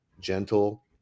gentle